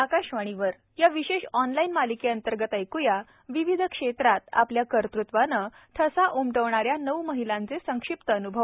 आकाशवाणी या विशेष ऑनलाइन मालिकेअंतर्गत ऐक्या विविध क्षेत्रात आपल्या कर्तूत्वाने ठसा उमटविणाऱ्या नऊ महिलांचे संक्षिप्त अनुभव